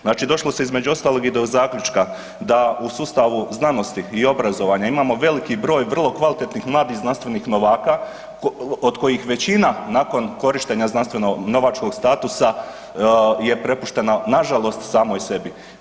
Znači između ostalog, i do zaključka da u sustavu znanosti i obrazovanja imamo veliki broj vrlo kvalitetnih znanstvenih novaka od kojih većina nakon korištenja znanstveno-novačkog statusa je prepuštena, nažalost samoj sebi.